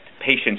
patients